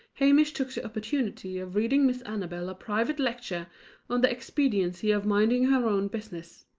hamish took the opportunity of reading miss annabel a private lecture on the expediency of minding her own business.